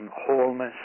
wholeness